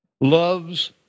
loves